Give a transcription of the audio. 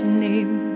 name